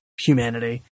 humanity